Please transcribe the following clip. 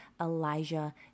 Elijah